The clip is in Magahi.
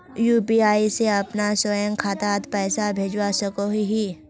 यु.पी.आई से अपना स्वयं खातात पैसा भेजवा सकोहो ही?